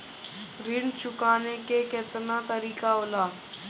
ऋण चुकाने के केतना तरीका होला?